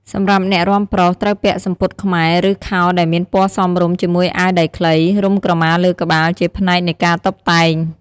សម្រាប់អ្នករាំប្រុស ត្រូវពាក់សំពត់ខ្មែរ ឬ ខោដែលមានពណ៌សមរម្យ ជាមួយអាវដៃខ្លី រុំក្រម៉ាលើក្បាល ជាផ្នែកនៃការតុបតែង។